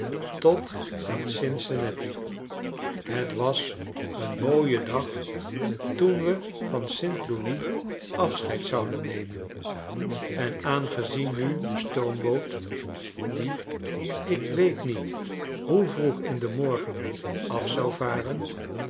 totaan cincinnati het was een mooie dag toen we van st louis afscheid zouden nemen en aangezien nu de stoomboot die ik weet niet hoe vroeg in den morgen af zou varen